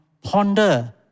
Ponder